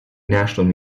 nation